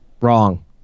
wrong